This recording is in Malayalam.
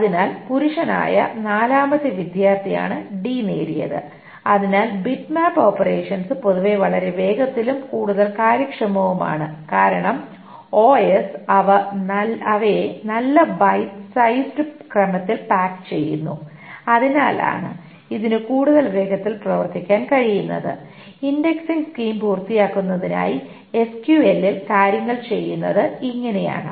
അതിനാൽ പുരുഷനായ നാലാമത്തെ വിദ്യാർത്ഥിയാണ് ഡി നേടിയത് അതിനാൽ ബിറ്റ്മാപ്പ് ഓപ്പറേഷൻസ് പൊതുവെ വളരെ വേഗത്തിലും കൂടുതൽ കാര്യക്ഷമവുമാണ് കാരണം OS അവയെ നല്ല ബൈറ്റ് സൈസ്ഡ് ക്രമത്തിൽ പായ്ക്ക് ചെയ്യുന്നു അതിനാലാണ് ഇതിനു കൂടുതൽ വേഗത്തിൽ പ്രവർത്തിക്കാൻ കഴിയുന്നത് ഇൻഡെക്സിംഗ് സ്കീം പൂർത്തിയാക്കുന്നതിനായി SQL ൽ കാര്യങ്ങൾ ചെയ്യുന്നത് ഇങ്ങനെയാണ്